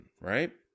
right